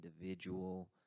individual